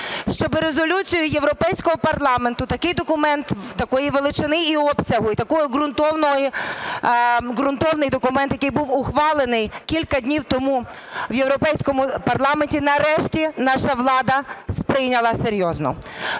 щоби Резолюцію Європейського парламенту, такий документ такої величини і обсягу і такий ґрунтовний документ, який був ухвалений кілька днів тому в Європейському парламенті, нарешті наша влада сприйняла серйозно,